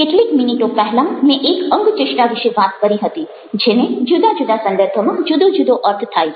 કેટલીક મિનિટો પહેલાં મેં એક અંગચેષ્ટા વિશે વાત કરી હતી જેનો જુદા જુદા સંદર્ભમાં જુદો જુદો અર્થ થાય છે